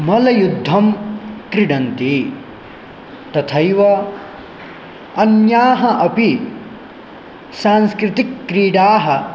मल्लयुद्धं क्रीडन्ति तथैव अन्याः अपि सांस्कृतिकक्रीडाः